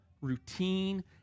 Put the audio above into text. routine